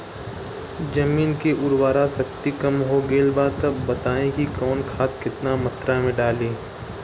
जमीन के उर्वारा शक्ति कम हो गेल बा तऽ बताईं कि कवन खाद केतना मत्रा में डालि?